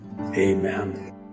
amen